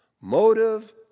Motive